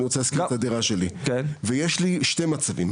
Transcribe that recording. רוצה להשכיר את הדירה שלי ויש לי שתי מצבים,